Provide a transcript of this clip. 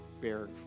bear